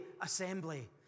assembly